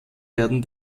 werden